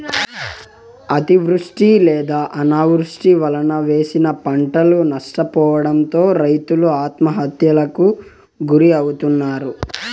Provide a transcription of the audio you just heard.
అతివృష్టి లేదా అనావృష్టి వలన వేసిన పంటలు నష్టపోవడంతో రైతులు ఆత్మహత్యలకు గురి అవుతన్నారు